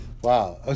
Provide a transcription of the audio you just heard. Wow